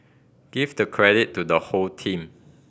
give the credit to the whole team